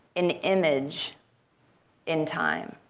an image in time,